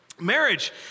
marriage